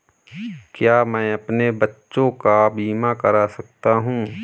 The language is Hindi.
क्या मैं अपने बच्चों का बीमा करा सकता हूँ?